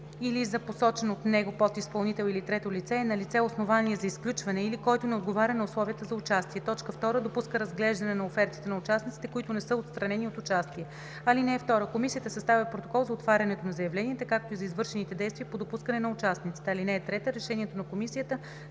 или за посочен от него подизпълнител или трето лице е налице основание за изключване, или който не отговаря на условията за участие; 2. допуска разглеждане на офертите на участниците, които не са отстранени от участие. (2) Комисията съставя протокол за отварянето на заявленията, както и за извършените действия по допускане на участниците. (3) Решението на комисията